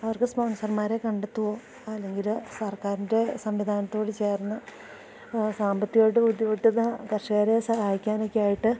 അവർക്ക് സ്പോൺസർമാരെ കണ്ടെത്തുകയോ അല്ലെങ്കില് സർക്കാരിൻ്റെ സംവിധാനത്തോട് ചേർന്ന് സാമ്പത്തികമായിട്ട് ബുദ്ധിമുട്ടുന്ന കർഷകരെ സഹായിക്കാനൊക്കെയായിട്ട്